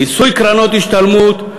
מיסוי קרנות השתלמות,